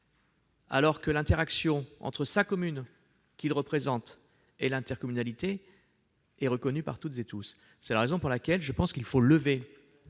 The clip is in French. alors que l'interaction entre la commune qu'il représente et l'intercommunalité est reconnue par toutes et tous. C'est la raison pour laquelle il faut lever